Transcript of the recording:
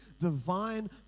divine